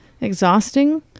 exhausting